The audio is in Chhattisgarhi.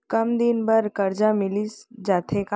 कम दिन बर करजा मिलिस जाथे का?